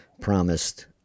promised